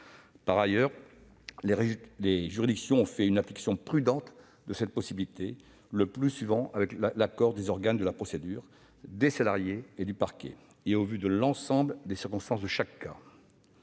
Par ailleurs, les juridictions ont fait une application prudente de cette possibilité, le plus souvent avec l'accord des organes de la procédure, des salariés et du parquet, et au vu de l'ensemble des circonstances de chaque cas.